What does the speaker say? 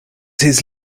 his